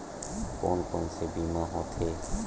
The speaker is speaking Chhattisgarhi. कोन कोन से बीमा होथे?